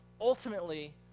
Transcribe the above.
ultimately